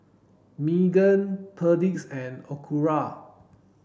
Megan Perdix and Acura